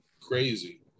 crazy